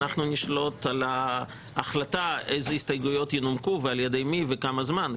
אנחנו נשלוט על ההחלטה איזה הסתייגויות ינומקו ועל ידי מי וכמה זמן,